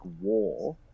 war